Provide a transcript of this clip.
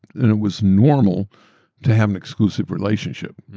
and it was normal to have an exclusive relationship.